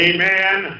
Amen